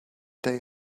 day